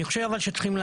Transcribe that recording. אני חושב שצריכים,